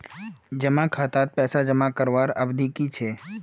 जमा खातात पैसा जमा करवार अवधि की छे?